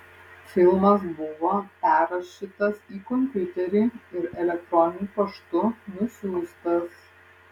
filmas buvo perrašytas į kompiuterį ir elektroniniu paštu nusiųstas